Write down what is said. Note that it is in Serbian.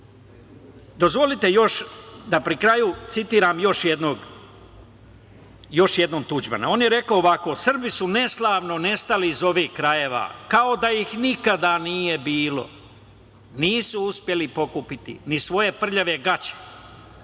čin. Dozvolite još da pri kraju citiram još jednom Tuđmana. On je rekao ovako: "Srbi su neslavno nestali iz ovih krajeva kao da ih nikada nije bilo. Nisu uspeli pokupiti ni svoje prljave gaće.